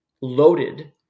loaded